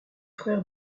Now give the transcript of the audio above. frère